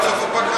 עד סוף הפגרה.